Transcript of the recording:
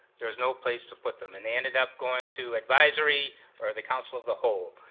there was no place to put them, and they ended up going to advisory or the council of the whole.